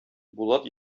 булат